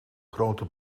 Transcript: grote